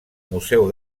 museu